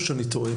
או שאני טועה?